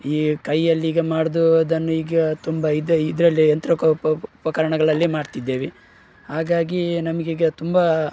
ಈ ಕೈಯಲ್ಲೀಗ ಮಾಡ್ದುದನ್ನು ಈಗ ತುಂಬ ಇದು ಇದರಲ್ಲಿ ಯಂತ್ರೋಪ ಉಪಕರಣಗಳಲ್ಲೆ ಮಾಡ್ತಿದ್ದೇವೆ ಹಾಗಾಗಿ ನಮಗೆ ಈಗ ತುಂಬ